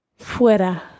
Fuera